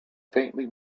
faintly